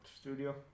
studio